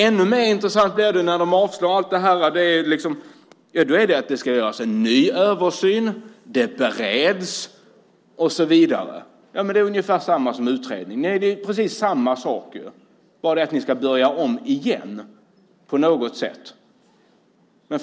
Ännu mer intressant är det när man avfärdar detta med att det ska göras en ny översyn och att det bereds. Det är ju ungefär detsamma som en utredning. Det är ju samma sak, ni ska bara börja om igen.